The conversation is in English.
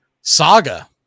saga